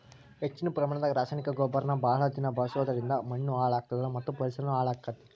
ಹೆಚ್ಚಿನ ಪ್ರಮಾಣದಾಗ ರಾಸಾಯನಿಕ ಗೊಬ್ಬರನ ಬಹಳ ದಿನ ಬಳಸೋದರಿಂದ ಮಣ್ಣೂ ಹಾಳ್ ಆಗ್ತದ ಮತ್ತ ಪರಿಸರನು ಹಾಳ್ ಆಗ್ತೇತಿ